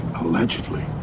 allegedly